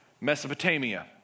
Mesopotamia